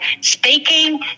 speaking